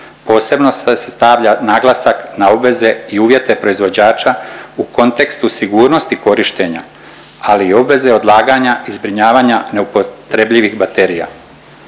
posebno se stavlja naglasak na obveze i uvjete proizvođača u kontekstu sigurnosti korištenja, ali i obveze odlaganja i zbrinjavanja neupotrebljivih baterija.